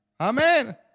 Amen